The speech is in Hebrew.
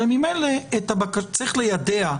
הרי ממילא צריך ליידע.